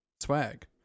Swag